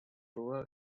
rural